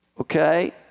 okay